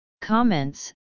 Comments